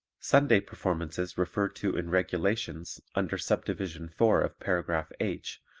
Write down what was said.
sunday performances referred to in regulations, under subdivision four of paragraph h,